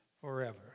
forever